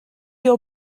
your